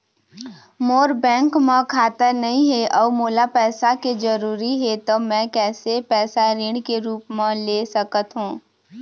मोर bank म खाता नई हे अउ मोला पैसा के जरूरी हे त मे कैसे पैसा ऋण के रूप म ले सकत हो?